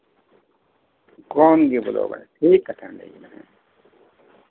ᱠᱚᱢᱜᱮ ᱴᱷᱤᱠ ᱠᱟᱛᱷᱟᱢ ᱞᱟᱹᱭ